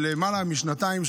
של למעלה משנתיים,